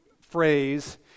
phrase